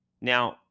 Now